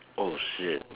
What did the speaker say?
oh shit